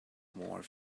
more